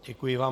Děkuji vám.